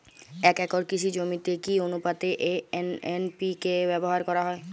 এক একর কৃষি জমিতে কি আনুপাতে এন.পি.কে ব্যবহার করা হয়?